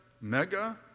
mega